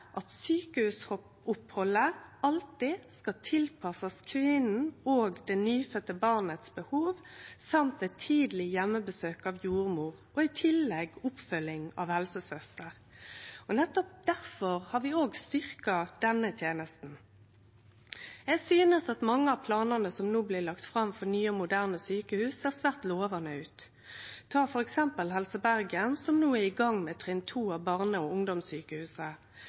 at sjukehusopphaldet alltid skal tilpassast behova til kvinna og det nyfødde barnet, eit tidleg heimebesøk av jordmor og i tillegg oppfølging av helsesøster. Nettopp difor har vi òg styrkt denne tenesta. Eg synest at mange av planane som no blir lagde fram for nye, moderne sjukehus, ser svært lovande ut. Ta f.eks. Helse Bergen, som no er i gang med trinn 2 av barne- og